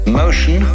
motion